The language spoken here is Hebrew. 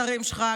השרים שלך,